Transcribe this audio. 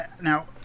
Now